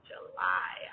July